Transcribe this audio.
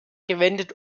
gewendet